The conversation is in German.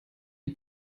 die